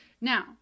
Now